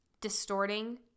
distorting